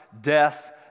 death